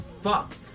Fuck